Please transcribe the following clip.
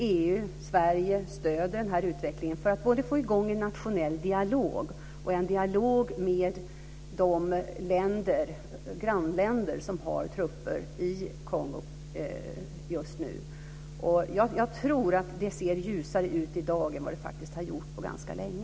EU och Sverige stöder utvecklingen för att få i gång både en internationell dialog och en dialog med de grannländer som har trupper i Kongo-Kinshasa just nu. Jag tror faktiskt att det ser ljusare ut i dag än vad det har gjort på ganska länge.